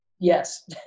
Yes